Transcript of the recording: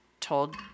told